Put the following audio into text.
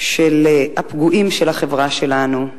של הפגועים של החברה שלנו,